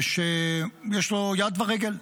שיש לו יד ורגל,